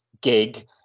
gig